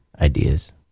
ideas